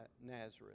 Nazareth